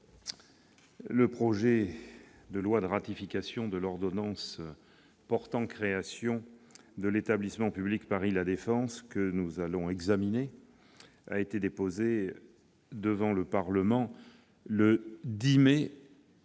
Le projet de loi de ratification de l'ordonnance portant création de l'établissement public Paris La Défense que nous allons examiner a été déposé devant le Parlement le 10 mai 2017